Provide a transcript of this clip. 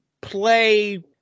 play